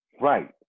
Right